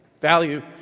Value